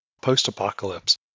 post-apocalypse